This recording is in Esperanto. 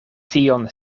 tion